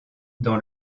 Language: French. dans